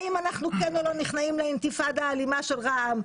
האם אנחנו כן או לא נכנעים לאינתיפאדה האלימה של רע"מ.